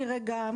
נראה גם